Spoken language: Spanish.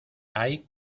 hay